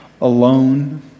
alone